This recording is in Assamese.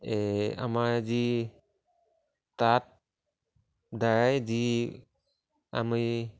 এই আমাৰ যি তাঁতদ্বাৰাই যি আমি